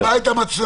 הוא כיבה את המצלמה.